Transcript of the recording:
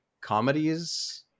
comedies